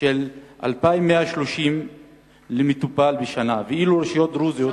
של 2,130 ש"ח למטופל בשנה, ואילו רשויות דרוזיות